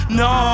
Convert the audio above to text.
no